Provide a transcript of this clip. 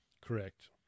correct